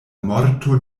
morto